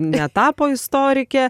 netapo istorikė